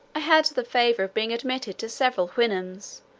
i had the favour of being admitted to several houyhnhnms,